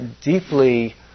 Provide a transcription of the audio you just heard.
deeply